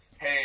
hey